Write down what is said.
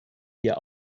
ihr